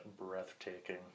breathtaking